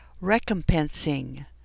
recompensing